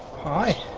hi,